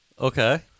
Okay